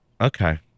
Okay